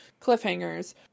cliffhangers